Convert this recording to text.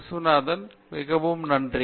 விஸ்வநாதன் மிகவும் நன்றி